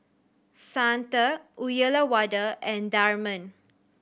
Santha Uyyalawada and Tharman